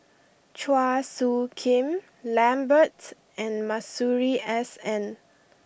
Chua Soo Khim Lambert and Masuri S N